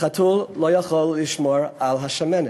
החתול לא יכול לשמור על השמנת,